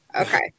Okay